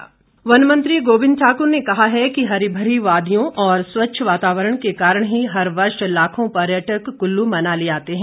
गोविंद वन मंत्री गोविंद ठाकुर ने कहा है कि हरी भरी वादियों और स्वच्छ वातावरण के कारण ही हर वर्ष लाखों पर्यटक कुल्लू मनाली आते हैं